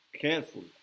Careful